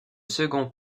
second